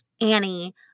Annie